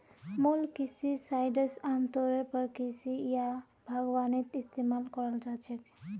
molluscicides आमतौरेर पर कृषि या बागवानीत इस्तमाल कराल जा छेक